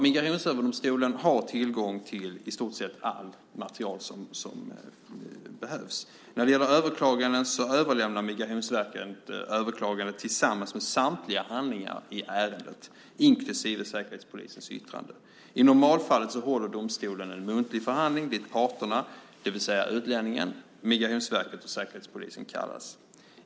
Migrationsöverdomstolen har tillgång till i stort sett allt material som behövs. När det gäller överklaganden överlämnar Migrationsverket dessa tillsammans med samtliga handlingar i ärendet inklusive Säkerhetspolisens yttrande. I normalfallet håller domstolen en muntlig förhandling dit parterna, det vill säga utlänningen, Migrationsverket och Säkerhetspolisen, kallas.